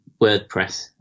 WordPress